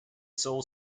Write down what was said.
sole